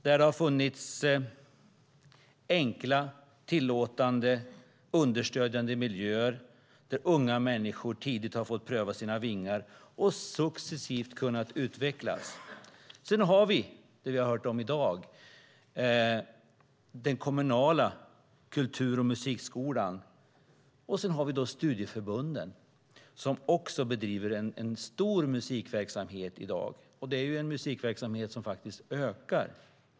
Där har det funnits enkla, tillåtande och understödjande miljöer där unga människor tidigt fått pröva sina vingar och successivt kunnat utvecklas. Sedan har vi det vi har hört om i dag, det vill säga den kommunala kultur och musikskolan, och så har vi studieförbunden som också bedriver en stor musikverksamhet i dag. Det är en musikverksamhet som faktiskt ökar.